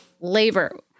labor